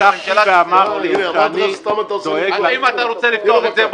אבל אני פתחתי ואמרתי שאני דואג --- אם אתה רוצה לפתוח את זה,